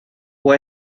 può